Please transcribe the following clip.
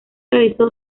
realizó